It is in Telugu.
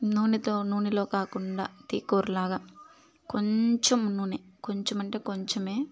నూనెతో నూనెలో కాకుండా తీ గూర లాగా కొంచెం నూనె కొంచెమంటే కొంచెమే